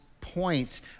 point